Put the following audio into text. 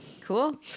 Cool